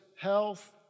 health